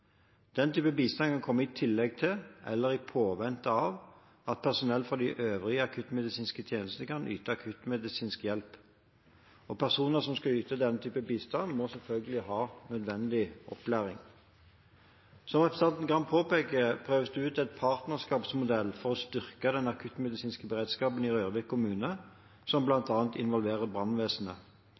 Den type bistand kan komme i tillegg til, eller i påvente av, at personell fra de øvrige akuttmedisinske tjenestene kan yte akuttmedisinsk hjelp. Personer som skal yte den type bistand, må selvfølgelig ha fått nødvendig opplæring. Som representanten Gram påpeker, prøves det ut en partnerskapsmodell for å styrke den akuttmedisinske beredskapen i Røyrvik kommune – som bl.a. involverer brannvesenet.